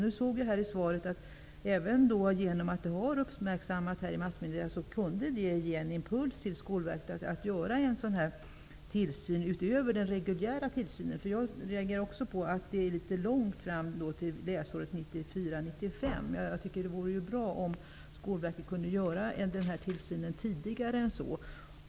Av svaret framgår att den omständigheten att detta har uppmärksammats i massmedia kan ge en impuls till Skolverket att göra en kontroll utöver den reguljära tillsynen. Jag tycker dock att det är litet långt till läsåret 1994/95, och det vore bra om Skolverket kunde genomföra denna kontroll tidigare än då.